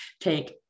take